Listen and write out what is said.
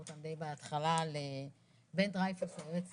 לבן דרייפוס, היועץ